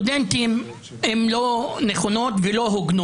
היא גם האיגוד שמסמיך את הסטודנטים האלה ומעביר